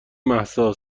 مهسا